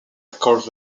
accord